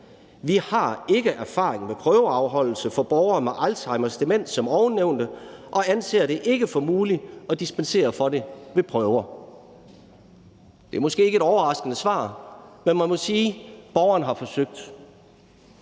Vi har ikke erfaring med prøveafholdelse for borgere med Alzheimers demens som ovennævnte og anser det ikke for muligt at dispensere for det ved prøver. Det er måske ikke et overraskende svar, men man må sige, at borgeren har forsøgt.